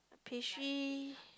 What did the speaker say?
pastry